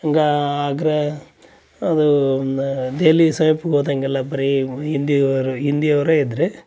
ಹಂಗ ಆಗ್ರಾ ಅದು ದೆಹಲಿ ಸಮೀಪ ಹೋದಂಗೆಲ್ಲ ಬರೀ ಹಿಂದಿ ಅವರು ಹಿಂದಿ ಅವರೇ ಇದ್ದರೆ